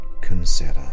consider